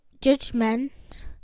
judgment